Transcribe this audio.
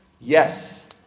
Yes